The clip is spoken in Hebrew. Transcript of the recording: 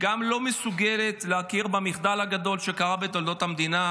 גם לא מסוגלת להכיר במחדל הגדול שקרה בתולדות המדינה,